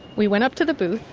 we went up to the booth,